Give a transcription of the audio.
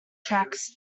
tracks